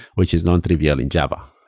which is nontrivial in java.